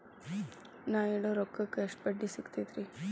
ನಾ ಇಡೋ ರೊಕ್ಕಕ್ ಎಷ್ಟ ಬಡ್ಡಿ ಸಿಕ್ತೈತ್ರಿ?